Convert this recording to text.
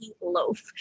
loaf